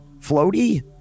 floaty